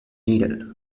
needed